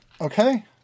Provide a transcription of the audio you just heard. Okay